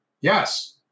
Yes